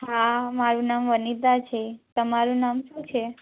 હા મારું નામ વનિતા છે તમારું નામ શું છે